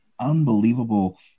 unbelievable